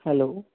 hello